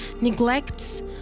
neglects